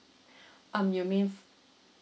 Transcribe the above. um you mean